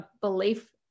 belief